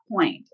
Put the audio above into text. point